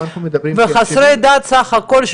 וחסרי דת סך הכל,